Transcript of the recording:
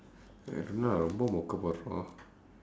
I don't know ரொம்ப மொக்கை போடுறான்:rompa mokkai pooduraan